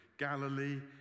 Galilee